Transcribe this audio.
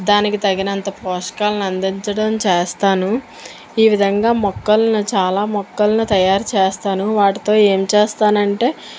దానికి తగినంత పోషకాలను అందించడం చేస్తాను ఈ విధంగా మొక్కలను చాలా మొక్కలను తయారుచేస్తాను వాటితో ఏం చేస్తాను అంటే